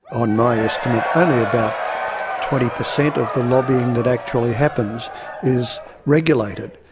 on my estimate only about twenty percent of the lobbying that actually happens is regulated.